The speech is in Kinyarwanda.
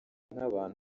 nk’abantu